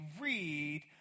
read